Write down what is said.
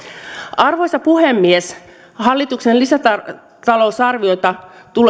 arvoisa puhemies hallituksen lisätalousarviota